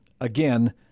again